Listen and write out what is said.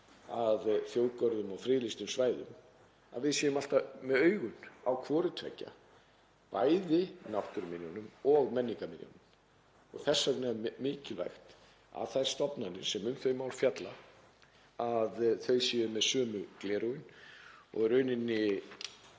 að þjóðgörðum og friðlýstum svæðum, að við séum alltaf með augun á hvoru tveggja, bæði náttúruminjunum og menningarminjunum. Þess vegna er mikilvægt að þær stofnanir sem um þau mál fjalla séu með sömu gleraugun og í rauninni